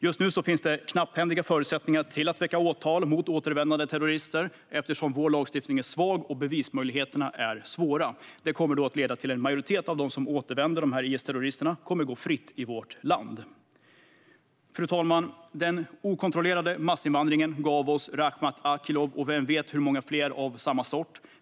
Just nu finns det knapphändiga förutsättningar för att väcka åtal mot återvändande terrorister, eftersom vår lagstiftning är svag och bevismöjligheterna är svåra. Det kommer att leda till att en majoritet av de återvändande IS-terroristerna kommer att gå fritt i vårt land. Fru talman! Den okontrollerade massinvandringen gav oss Rakhmat Akilov, och vem vet hur många fler av samma sort.